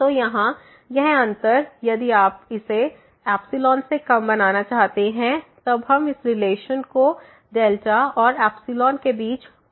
तो यहाँ यह अंतर यदि आप इसे से कम बनाना चाहते हैं तब हम इस रिलेशन को और के बीच प्राप्त कर सकते हैं